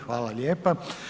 Hvala lijepa.